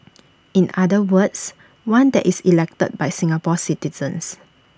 in other words one that is elected by Singapore citizens